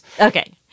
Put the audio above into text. Okay